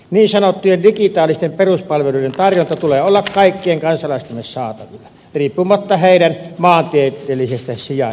niin sanottujen digitaalisten peruspalveluiden tarjonnan tulee olla kaikkien kansalaistemme saatavilla riippumatta heidän maantieteellisestä sijainnistaan